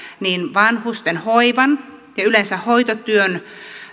vanhusten hoivan ja yleensä hoitotyön